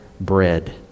bread